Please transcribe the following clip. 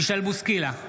מישל בוסקילה,